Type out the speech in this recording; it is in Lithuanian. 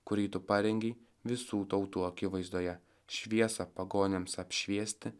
kurį tu parengei visų tautų akivaizdoje šviesą pagonims apšviesti